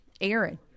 Aaron